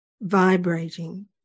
vibrating